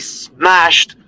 smashed